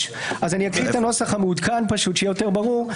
הנוסח המעודכן, שיהיה יותר ברור.